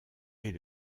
est